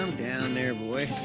um down there, boy.